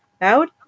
out